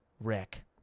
Rick